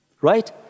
Right